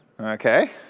Okay